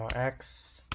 x